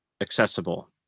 accessible